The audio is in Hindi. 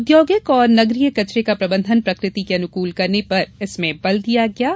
औद्योगिक और नगरीय कचरे का प्रबंधन प्रकृति के अनुकूल करने पर भी इसमें बल दिया गया है